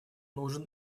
нужен